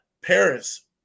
Paris